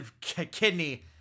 kidney